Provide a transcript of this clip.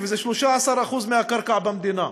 וזה 13% מהקרקע במדינה.